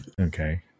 okay